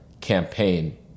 campaign